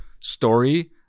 story